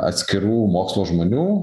atskirų mokslo žmonių